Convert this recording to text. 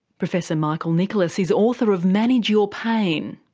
professor michael nicholas is author of manage your pain.